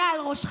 יהיה על ראשך,